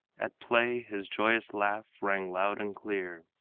at play his joyous laugh rang loud and clear,